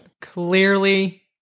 Clearly